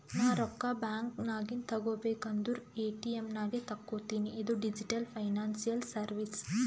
ನಾ ರೊಕ್ಕಾ ಬ್ಯಾಂಕ್ ನಾಗಿಂದ್ ತಗೋಬೇಕ ಅಂದುರ್ ಎ.ಟಿ.ಎಮ್ ನಾಗೆ ತಕ್ಕೋತಿನಿ ಇದು ಡಿಜಿಟಲ್ ಫೈನಾನ್ಸಿಯಲ್ ಸರ್ವೀಸ್